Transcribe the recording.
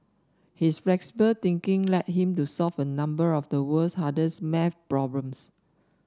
his flexible thinking led him to solve a number of the world's hardest maths problems